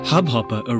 Hubhopper